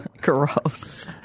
gross